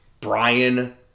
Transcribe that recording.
Brian